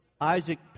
Isaac